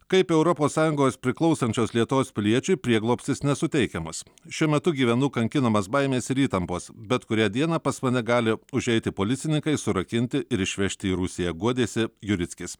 kaip europos sąjungos priklausančios lietuvos piliečiui prieglobstis nesuteikiamas šiuo metu gyvenu kankinamas baimės ir įtampos bet kurią dieną pas mane gali užeiti policininkai surakinti ir išvežti į rusiją guodėsi jurickis